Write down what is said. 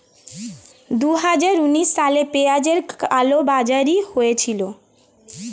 দুহাজার উনিশ সালে পেঁয়াজের কালোবাজারি হয়েছিল